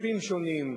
ביטוחים שונים,